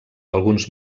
alguns